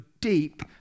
deep